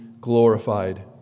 glorified